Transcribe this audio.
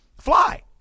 Fly